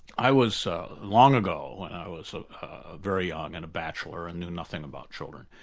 i was, so long ago and i was ah very young and a bachelor, and knew nothing about children.